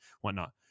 whatnot